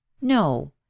No